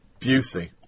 Busey